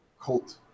cult